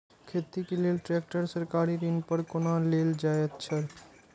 खेती के लेल ट्रेक्टर सरकारी ऋण पर कोना लेल जायत छल?